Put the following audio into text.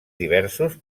diversos